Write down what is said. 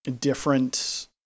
different